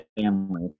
Family